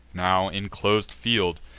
now, in clos'd field,